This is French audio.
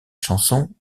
chansons